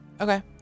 Okay